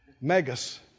Megas